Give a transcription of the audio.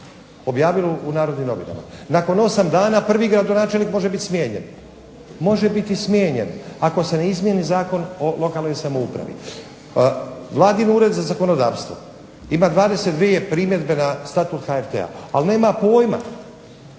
objavilo u Narodnim novinama. Nakon 8 dana prvi gradonačelnik može biti smijenjen ako se ne izmjeni Zakon o lokalnoj samoupravi. Vladin ured za zakonodavstvo ima 22 primjedbe na Statut HRT-a, ali nema pojma